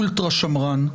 אולטרה שמרן,